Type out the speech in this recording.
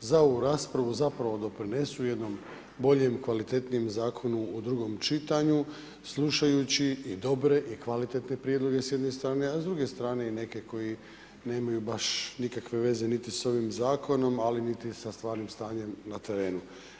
za ovu raspravu zapravo doprinesu jednom boljem i kvalitetnijem zakonu u drugom čitanju slušajući i dobre i kvalitetne prijedloge s jedne strane, a s druge strane i neke koji nemaju baš nikakve veze niti s ovim zakonom, ali niti sa stvarnim stanjem na terenu.